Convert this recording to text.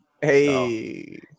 Hey